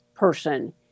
person